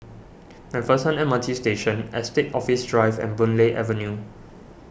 MacPherson M R T Station Estate Office Drive and Boon Lay Avenue